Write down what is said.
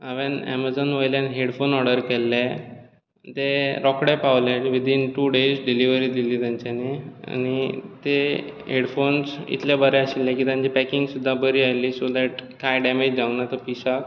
हांवें एमेझोन वयल्या headphone order केल्ले ते रोखडे पावले विदीन टू डेज डिलिवरी दिली तांच्यांनी आनी ते हेडफोन्स इतले बरे आशिल्ले की तांचे पॅकिंगी सुद्दां बरी आयिल्ली सो डेट काय डेमेज जावूंक ना त्या पिसाक